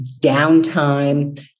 downtime